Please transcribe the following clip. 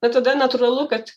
na tada natūralu kad